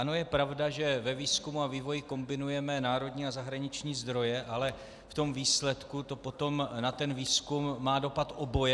Ano, je pravda, že ve výzkumu a vývoji kombinujeme národní a zahraniční zdroje, ale v tom výsledku to potom na ten výzkum má dopad oboje.